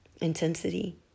intensity